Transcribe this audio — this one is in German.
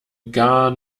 gar